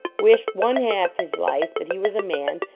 wished one-half his life that he was a man.